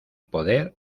poder